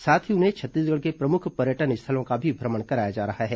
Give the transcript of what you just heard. साथ ही उन्हें छत्तीसगढ़ के प्रमुख पर्यटन स्थलों का भी भ्रमण कराया जा रहा है